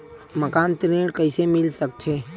मकान ऋण कइसे मिल सकथे?